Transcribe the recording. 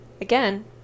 again